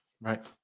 Right